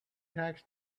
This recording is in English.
tax